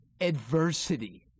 adversity